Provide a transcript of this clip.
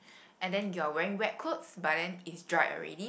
and then your wearing wet clothes but then it's dried already